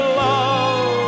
love